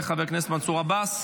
חבר הכנסת איימן עודה,